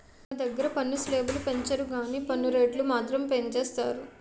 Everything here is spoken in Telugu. మన దగ్గిర పన్ను స్లేబులు పెంచరు గానీ పన్ను రేట్లు మాత్రం పెంచేసారు